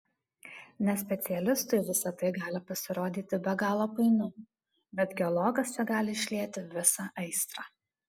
nespecialistui visa tai gali pasirodyti be galo painu bet geologas čia gali išlieti visą aistrą